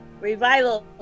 revival